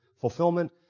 fulfillment